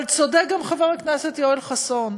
אבל צודק גם חבר הכנסת יואל חסון,